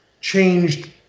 changed